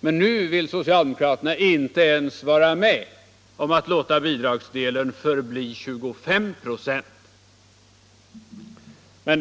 Men nu vill de inte ens vara med om att låta bidragsdelen förbli 25 96.